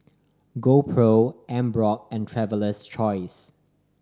GoPro Emborg and Traveler's Choice